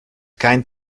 kein